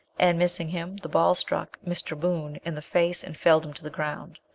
and missing him, the ball struck mr. boon in the face, and felled him to the ground.